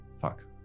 fuck